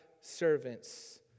servants